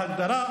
בהגדרה.